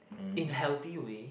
in healthy way